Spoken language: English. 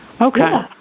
Okay